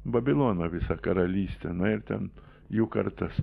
babiloną visą karalystę na ir ten jų kartas